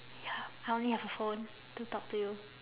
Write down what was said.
ya I only have a phone to talk to you